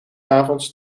avonds